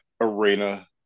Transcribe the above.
arena